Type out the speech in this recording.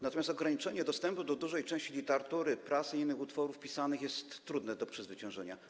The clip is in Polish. Natomiast ograniczenie dostępu do znacznej części literatury, prasy i innych utworów pisanych jest trudne do przezwyciężenia.